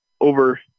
over